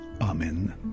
Amen